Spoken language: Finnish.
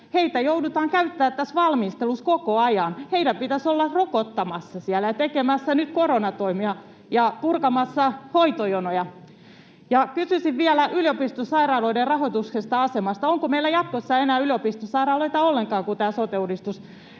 heitä joudutaan käyttämään tässä valmistelussa koko ajan. Heidän pitäisi olla rokottamassa siellä, tekemässä nyt koronatoimia ja purkamassa hoitojonoja. Kysyisin vielä yliopistosairaaloiden rahoituksesta ja asemasta. Onko meillä jatkossa enää yliopistosairaaloita ollenkaan, kun tämä sote-uudistus